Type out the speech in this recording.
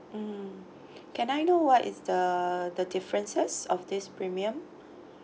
mm can I know what is the the differences of this premium